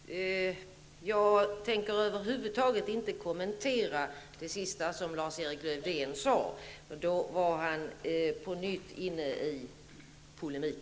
Herr talman! Jag tänker över huvud taget inte kommentera det sista som Lars-Erik Lövdén sade. Då var han på nytt inne i polemik.